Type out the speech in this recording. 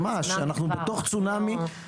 ממש, אנחנו בתוך צונאמי.